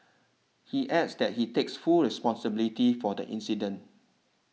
he adds that he takes full responsibility for the incident